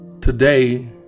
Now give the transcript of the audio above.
today